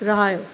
रहायो